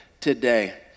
today